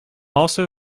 also